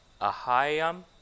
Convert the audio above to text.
Ahayam